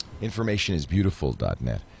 informationisbeautiful.net